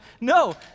no